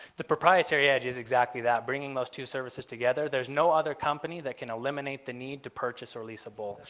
the proprietary edge is exactly that bringing those two services together, there's no other company that can eliminate the need to purchase or lease a bull.